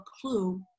clue